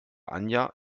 anja